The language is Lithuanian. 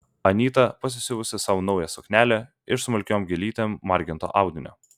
anyta pasisiuvusi sau naują suknelę iš smulkiom gėlytėm marginto audinio